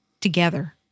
together